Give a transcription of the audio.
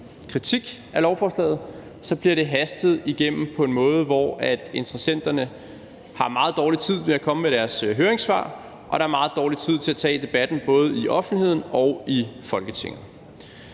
kritik af lovforslaget – så bliver det hastet igennem på en måde, hvor interessenterne har meget dårlig tid til at komme med deres høringssvar og der er meget dårlig tid til at tage debatten både i offentligheden og i Folketinget.